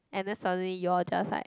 and then suddenly you all just like